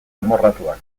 amorratuak